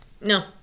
No